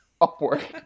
upward